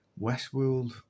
Westworld